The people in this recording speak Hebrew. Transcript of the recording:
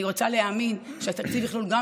אני רוצה להאמין שהתקציב יכלול גם